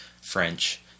French